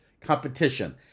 competition